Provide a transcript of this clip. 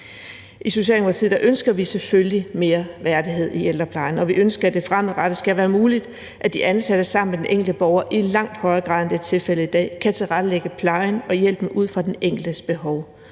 I Socialdemokratiet ønsker vi selvfølgelig mere værdighed i ældreplejen, og vi ønsker, at det fremadrettet skal være muligt, at de ansatte sammen med den enkelte borger i langt højere grad, end det er tilfældet i dag, kan tilrettelægge plejen og hjælpen ud fra den enkeltes behov,